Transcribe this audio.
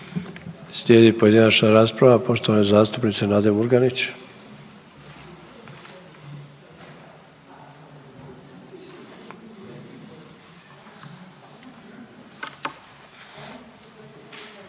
Slijedi pojedinačna rasprava poštovane zastupnice Nade Murganić.